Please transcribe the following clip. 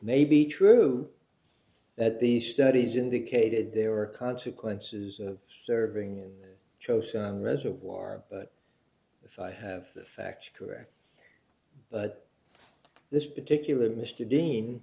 may be true that these studies indicated there were consequences of serving in chosin reservoir but if i have the facts correct but this particular mr dean